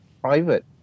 private